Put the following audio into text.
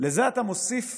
לזה אתה מוסיף